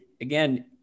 again